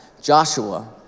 Joshua